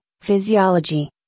physiology